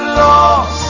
lost